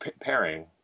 pairing